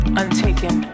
untaken